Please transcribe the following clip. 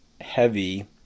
heavy